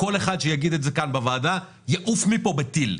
כל אחד שיגיד את זה כאן בוועדה יעוף מפה בטיל.